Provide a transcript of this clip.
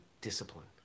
discipline